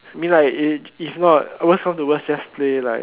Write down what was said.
mean like if if not worse come to worse just play like